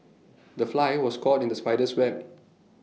the fly was caught in the spider's web